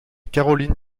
caroline